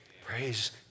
Praise